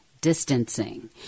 distancing